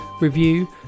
review